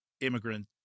immigrant